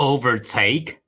Overtake